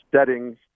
settings